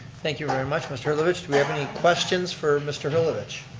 thank you very much mr. helovich. do we have any questions for mr. helovich?